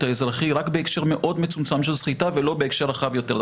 האזרחי רק בהקשר מאוד מצומצם של סחיטה ולא בהקשר רחב יותר.